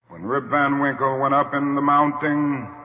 when rip van winkle and went up and in the mountain,